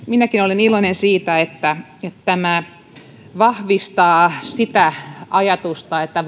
minäkin olen iloinen siitä että tämä vahvistaa sitä ajatusta että